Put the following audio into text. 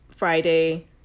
Friday